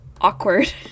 awkward